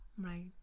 Right